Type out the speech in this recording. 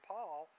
Paul